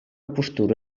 postura